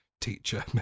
teacher